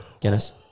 Guinness